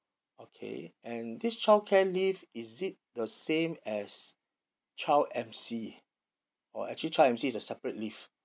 okay and this childcare leave is it the same as child M_C or actually child M_C is a separate leave